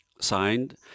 signed